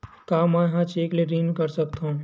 का मैं ह चेक ले ऋण कर सकथव?